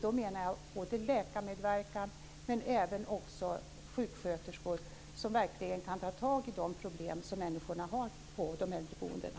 Då menar jag läkarmedverkan men även medverkan av sjuksköterskor, som verkligen kan ta tag i de problem som människorna har på äldreboendena.